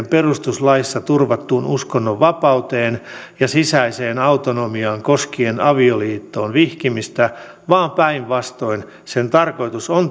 perustuslaissa turvattuun uskonnonvapauteen ja sisäiseen autonomiaan koskien avioliittoon vihkimistä vaan päinvastoin sen tarkoitus on